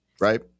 right